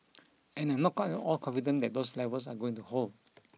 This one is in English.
and I'm not at all confident that those levels are going to hold